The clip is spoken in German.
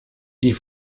die